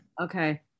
Okay